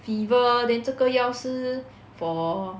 fever then 这个药是 for